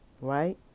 right